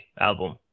album